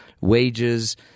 wages